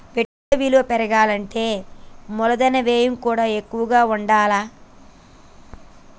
పెట్టుబడి విలువ పెరగాలంటే మూలధన వ్యయం కూడా ఎక్కువగా ఉండాల్ల